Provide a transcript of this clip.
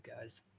guys